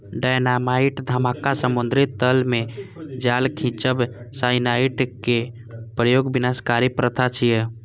dynamite धमाका, समुद्री तल मे जाल खींचब, साइनाइडक प्रयोग विनाशकारी प्रथा छियै